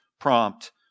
prompt